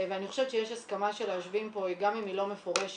ואני חושבת שיש הסכמה של היושבים פה גם אם היא לא מפורשת,